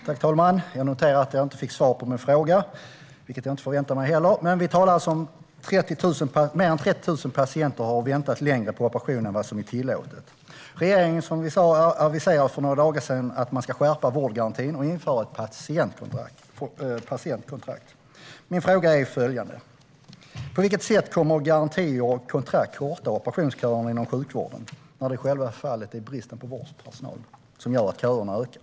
Herr talman! Jag noterar att jag inte fick svar på min fråga. Det hade jag heller inte förväntat mig. Men vi talar alltså om mer än 30 000 patienter som har väntat längre på operation än vad som är tillåtet. Regeringen aviserade för några dagar sedan att man ska skärpa vårdgarantin och införa ett patientkontrakt. Min fråga är följande: På vilket sätt kommer garantier och kontrakt att korta operationsköerna inom sjukvården, när det i själva fallet är bristen på vårdpersonal som gör att köerna växer?